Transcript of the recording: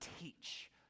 teach